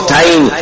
time